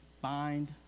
bind